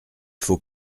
faut